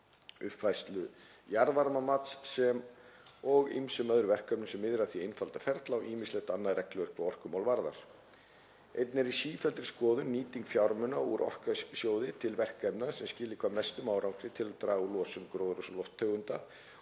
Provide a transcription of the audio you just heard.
uppfærslu jarðvarmamats sem og ýmsum öðrum verkefnum er miðað að því að einfalda ferla og að ýmislegu öðru regluverki hvað orkumál varðar. Einnig er í sífelldri skoðun nýting fjármuna úr Orkusjóði til verkefna sem skili hvað mestum árangri til að draga úr losun gróðurhúsalofttegunda